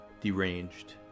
deranged